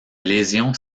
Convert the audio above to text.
lésions